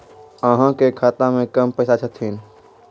अहाँ के खाता मे कम पैसा छथिन?